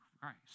Christ